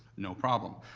no problem.